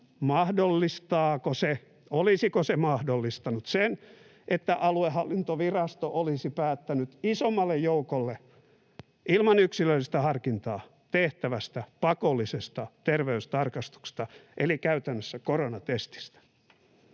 olisiko se mahdollistanut sen, että aluehallintovirasto olisi päättänyt isommalle joukolle ilman yksilöllistä harkintaa tehtävästä pakollisesta terveystarkastuksesta eli käytännössä koronatestistä.